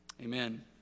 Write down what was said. Amen